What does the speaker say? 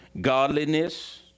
Godliness